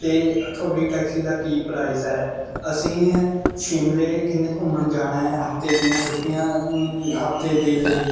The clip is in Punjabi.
ਅਤੇ ਤੁਹਾਡੀ ਟੈਕਸੀ ਦਾ ਕੀ ਪ੍ਰਾਈਸ ਹੈ ਅਸੀਂ ਸ਼ਿਮਲੇ ਕਨੀ ਘੁੰਮਣ ਜਾਣਾ ਹੈ ਹਫਤੇ ਦੀਆਂ ਛੁੱਟੀਆਂ ਹਫ਼ਤੇ ਦੇ ਲਈ